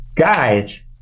Guys